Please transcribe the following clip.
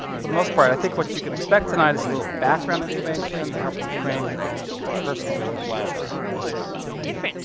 for the most part, i think what you can expect tonight is a little background information information to help you frame your own personal relationships with this painting.